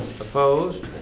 Opposed